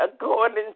according